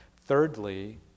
Thirdly